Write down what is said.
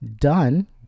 done